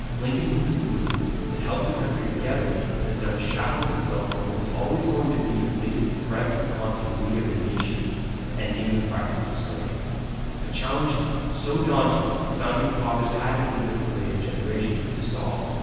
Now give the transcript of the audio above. lincoln was the glue that held the country together as it unshackled itself from what was always going to be the biggest threat to the continuity of the nation ending the practice of slavery a challenge so daunting the founding fathers had to leave it for later generations to solve.